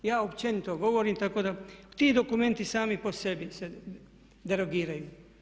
Ja općenito govorim, tako da ti dokumenti sami po sebi se derogiraju.